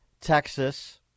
Texas